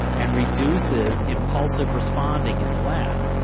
and reduces impulsive responding in the lab.